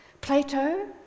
Plato